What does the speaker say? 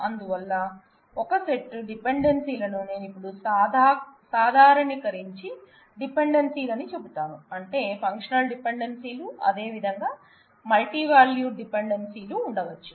అందువల్ల ఒక సెట్ డిపెండెన్సీలను నేను ఇప్పుడు సాధారణీకరించి డిపెండెన్సీలను చెబుతాను అంటే ఫంక్షనల్ డిపెండెన్సీలు అదేవిధంగా మల్టీవాల్యూడ్ డిపెండెన్సీలు ఉండవచ్చు